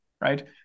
right